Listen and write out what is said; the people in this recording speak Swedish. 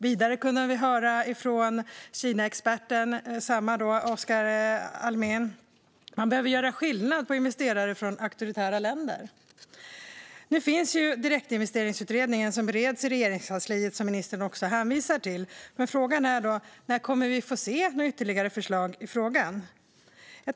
Vidare sa han att man behöver göra skillnad på investerare från auktoritära länder. Nu bereds Direktinvesteringsutredningen i Regeringskansliet, vilket ministern hänvisar till, men frågan är när vi kommer få se några ytterligare förslag i frågan.